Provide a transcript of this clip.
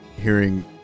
Hearing